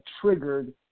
triggered